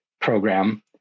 program